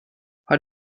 har